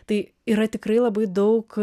tai yra tikrai labai daug